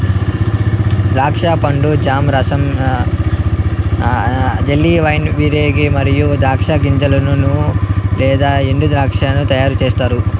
ద్రాక్ష పండ్లతో జామ్, రసం, జెల్లీ, వైన్, వెనిగర్ మరియు ద్రాక్ష గింజల నూనె లేదా ఎండుద్రాక్ష తయారుచేస్తారు